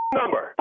number